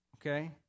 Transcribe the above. Okay